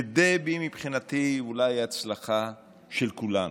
ודבי, מבחינתי, אולי הצלחה של כולנו,